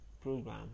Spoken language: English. program